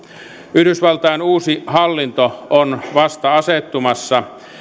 yhdysvaltain uusi hallinto on vasta asettumassa